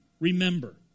Remember